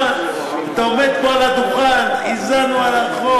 תשמע, אתה עומד פה על הדוכן, הזענו על החוק.